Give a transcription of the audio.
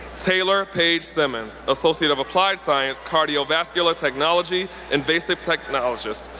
taylor paige simmons, associate of applied science, cardiovascular technology, invasive technologist,